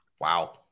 Wow